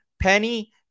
Penny